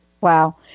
wow